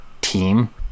team